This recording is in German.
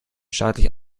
staatlich